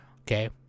Okay